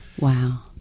Wow